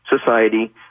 society